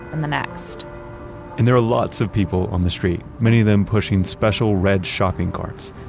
and the next and there are lots of people on the street, many of them pushing special red shopping carts.